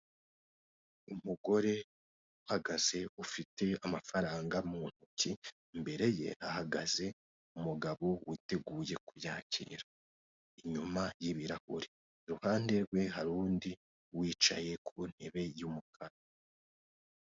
Umugore uhagaze ufite amafaranga mu ntoki imbere ye hahagaze umugabo witeguye kuyakira inyuma y'ibirahure iruhande rwe hari undi wicaye ku ntebe y'umukara.